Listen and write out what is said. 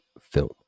film